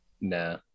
Nah